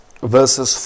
verses